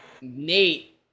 Nate